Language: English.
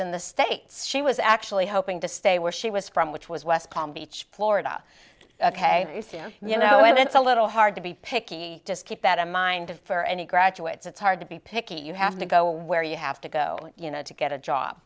in the states she was actually hoping to stay where she was from which was west palm beach florida ok you know it's a little hard to be picky just keep that in mind for any graduates it's hard to be picky you have to go where you have to go you know to get a job